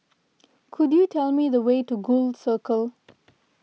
could you tell me the way to Gul Circle